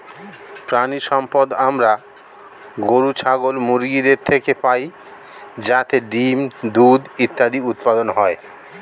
প্রাণিসম্পদ আমরা গরু, ছাগল, মুরগিদের থেকে পাই যাতে ডিম্, দুধ ইত্যাদি উৎপাদন হয়